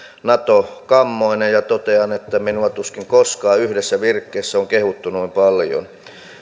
nato kammoinen ja totean että minua tuskin koskaan yhdessä virkkeessä on kehuttu noin paljon